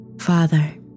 Father